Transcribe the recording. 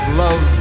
love